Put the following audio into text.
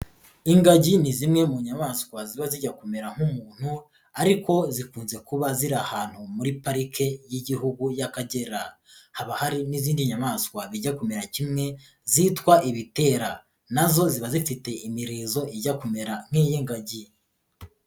Ingagi ni zimwe mu nyamaswa ziba zijya kumera nk'umuntu ariko zikunze kuba ziri ahantu muri parike y'Igihugu y'Akagera, haba hari n'izindi nyamaswa bijya kumera kimwe zitwa ibitera na zo ziba zifite imirizo ijya kumera nk'ingagi.